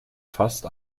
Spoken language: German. fast